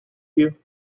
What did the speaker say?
you